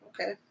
Okay